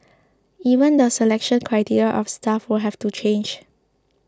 even the selection criteria of staff would have to change